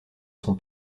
son